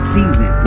Season